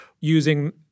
using